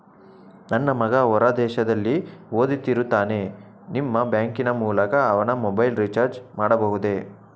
ನನ್ನ ಮಗ ಹೊರ ದೇಶದಲ್ಲಿ ಓದುತ್ತಿರುತ್ತಾನೆ ನಿಮ್ಮ ಬ್ಯಾಂಕಿನ ಮೂಲಕ ಅವನ ಮೊಬೈಲ್ ರಿಚಾರ್ಜ್ ಮಾಡಬಹುದೇ?